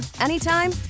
anytime